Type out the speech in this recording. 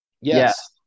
Yes